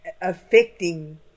affecting